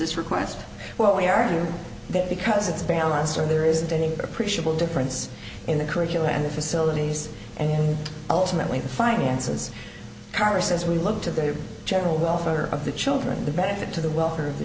this request well we argue that because it's a balance or there isn't any appreciable difference in the curriculum and the facilities and ultimately the finances congress as we look to the general welfare of the children the benefit to the welfare of the